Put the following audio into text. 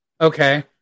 Okay